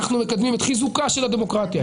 אנחנו מקדמים את חיזוקה של הדמוקרטיה.